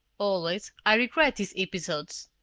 always, i regret these episodes.